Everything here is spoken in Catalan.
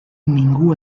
ningú